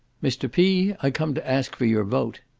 mr. p, i come to ask for your vote.